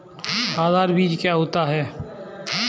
आधार बीज क्या होता है?